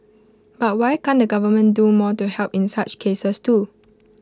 but why can't the government do more to help in such cases too